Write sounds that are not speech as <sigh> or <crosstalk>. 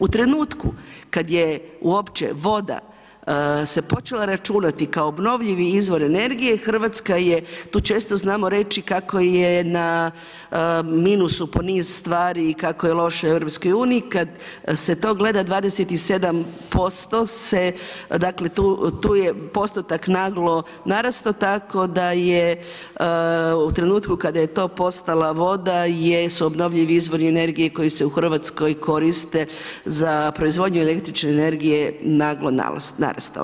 U trenutku, kada je uopće voda, se počela računati kao obnovljivi izvor energije, Hrvatska je tu često znamo reći, kako je na minusu … <unintelligible> stvari i kako je loše u EU, kad se to gleda 27% se tu, dakle, tu je postotak naglo narastao, tako da je u trenutku kada je to postala voda, je su obnovljivi izvori energije koji se u Hrvatskoj koriste za proizvodnje električne energije naglo narastao.